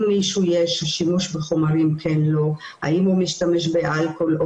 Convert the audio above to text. לא רק שימוש בחומרים אלא גם שימוש באלכוהול.